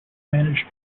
managed